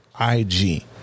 IG